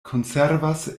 konservas